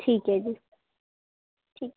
ਠੀਕ ਹੈ ਜੀ ਠੀਕ